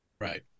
Right